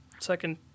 second